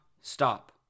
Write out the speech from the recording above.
stop